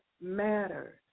matters